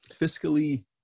fiscally